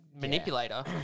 manipulator